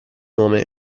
nome